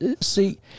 see